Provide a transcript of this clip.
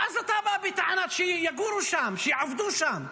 ואז אתה בא בטענה, שיגורו שם, שיעבדו שם.